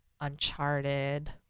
uncharted